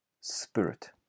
spirit